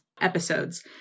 episodes